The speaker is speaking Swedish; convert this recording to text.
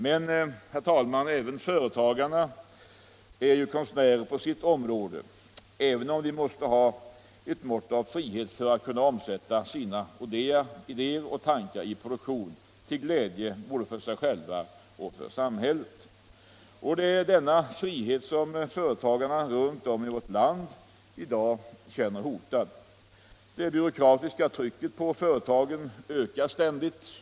Men, herr talman, även företagarna är ju konstnärer på sitt område och även de måste ha ett mått av frihet för att kunna omsätta sina idéer och tankar i produktion till glädje för både sig själva och samhället. Det är denna frihet som företagarna runt om i vårt land i dag känner hotad. Det byråkratiska trycket på företagen ökar ständigt.